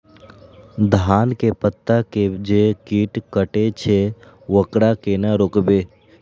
धान के पत्ता के जे कीट कटे छे वकरा केना रोकबे?